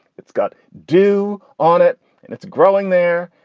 it's got do on it and it's growing there.